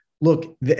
look